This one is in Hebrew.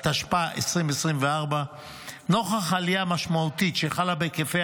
התשפ"ה 2024. נוכח העלייה המשמעותית שחלה בהיקפי